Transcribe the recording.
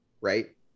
Right